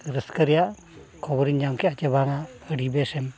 ᱨᱟᱹᱥᱠᱟᱹ ᱨᱮᱭᱟᱜ ᱠᱷᱚᱵᱚᱨᱤᱧ ᱧᱟᱢ ᱠᱮᱜᱼᱟ ᱪᱮ ᱵᱟᱝᱟ ᱟᱹᱰᱤ ᱵᱮᱥᱮᱢ